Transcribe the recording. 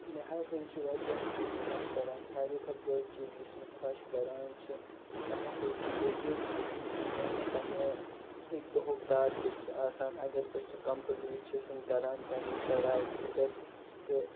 مےٚ ہسَے چھِ واریاہ چیٖز خۄش کران ساروی کھۄتہٕ بٔڑۍ چیٖز یُس مےٚ خۄش کران چھِ سُہ ہسَے چھِ یہِ زِ یُس میٛانٮ۪ن پنٛنہِ اَکہِ دۄہُک ٹارگیٹ چھِ آسان اگر بہٕ سُہ کَمپٕلیٖٹ چھُس کران پنٛنی پڑایہِ خٲطٕر تہٕ